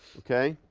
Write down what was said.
okay?